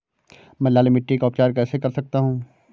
मैं लाल मिट्टी का उपचार कैसे कर सकता हूँ?